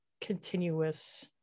continuous